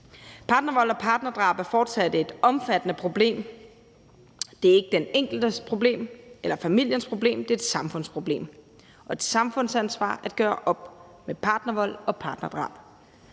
Partnervold og partnerdrab er fortsat et omfattende problem. Det er ikke den enkeltes problem eller familiens problem, det er et samfundsproblem, og det er et samfundsansvar at gøre op med partnervold og partnerdrab.